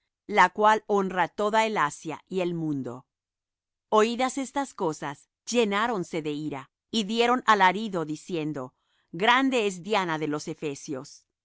la cual honra toda el asia y el mundo oídas estas cosas llenáronse de ira y dieron alarido diciendo grande es diana de los efesios